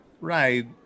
Right